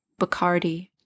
Bacardi